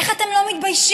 איך אתם לא מתביישים?